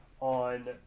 on